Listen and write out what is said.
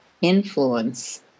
influence